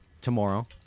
tomorrow